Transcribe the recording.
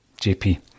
JP